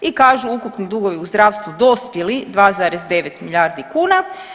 I kažu ukupni dugovi u zdravstvu dospjeli 2,9 milijardi kuna.